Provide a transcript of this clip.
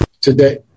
Today